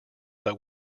but